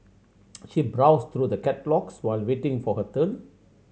she browsed through the catalogues while waiting for her turn